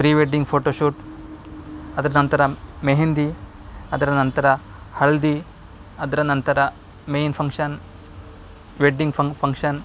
pre wedding photoshoot ಅದರೆ ನಂತರ ಮೆಹೆಂದಿ ಅದರ ನಂತರ ಹಳದಿ ಅದರ ನಂತರ main function wedding fun function